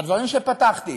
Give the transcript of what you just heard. בדברים שפתחתי: